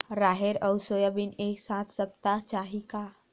राहेर अउ सोयाबीन एक साथ सप्ता चाही का?